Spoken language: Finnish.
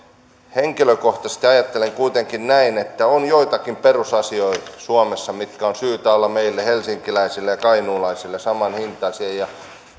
henkilökohtaisesti ajattelen kuitenkin että suomessa on joitakin perusasioita joiden on syytä olla meille helsinkiläisille ja kainuulaisille samanhintaisia ja